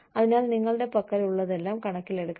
അതിനാൽ നിങ്ങളുടെ പക്കലുള്ളതെല്ലാം കണക്കിലെടുക്കണം